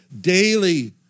daily